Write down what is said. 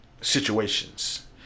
situations